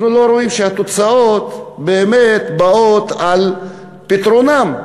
אנחנו לא רואים שהבעיות באמת באות על פתרונן.